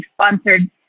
sponsored